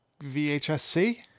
VHS-C